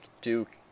Duke